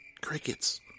Crickets